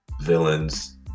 villains